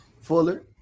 Fuller